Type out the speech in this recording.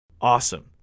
Awesome